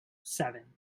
seven